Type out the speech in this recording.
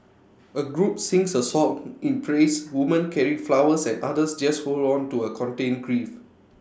A group sings A song in praise women carry flowers and others just hold on to A contained grief